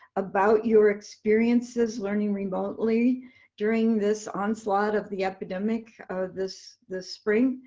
about your experiences learning remotely during this onslaught of the epidemic this this spring.